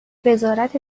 وزارت